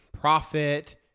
profit